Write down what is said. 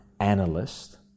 Analyst